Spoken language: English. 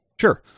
Sure